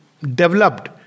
developed